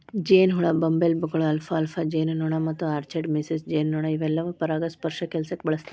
ಜೇನಹುಳ, ಬಂಬಲ್ಬೇಗಳು, ಅಲ್ಫಾಲ್ಫಾ ಜೇನುನೊಣ ಮತ್ತು ಆರ್ಚರ್ಡ್ ಮೇಸನ್ ಜೇನುನೊಣ ಇವೆಲ್ಲಾನು ಪರಾಗಸ್ಪರ್ಶ ಕೆಲ್ಸಕ್ಕ ಬಳಸ್ತಾರ